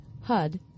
HUD